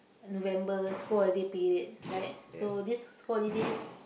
November school holiday period right so this school holidays